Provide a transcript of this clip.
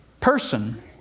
person